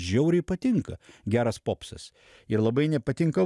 žiauriai patinka geras popsas ir labai nepatinka